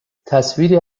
تصویری